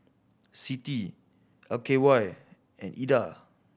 CITI L K Y and Ida